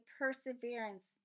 perseverance